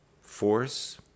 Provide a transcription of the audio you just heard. force